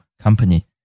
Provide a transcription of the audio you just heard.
company